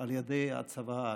על ידי הצבא האדום.